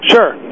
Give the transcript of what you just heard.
Sure